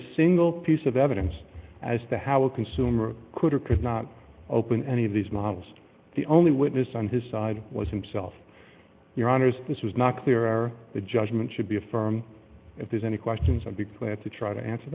single piece of evidence as to how a consumer could or could not open any of these models the only witness on his side was himself your honour's this was not clear or the judgment should be a firm if there's any questions i'd be glad to try to answer